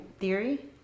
Theory